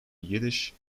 yiddish